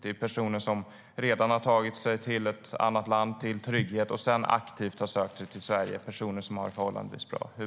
Det är personer som redan har tagit sig till ett annat land, till trygghet, och sedan aktivt har sökt sig till Sverige. Det är personer som har det förhållandevis bra.